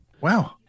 Wow